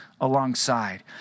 alongside